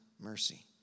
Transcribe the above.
mercy